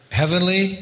heavenly